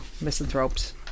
misanthropes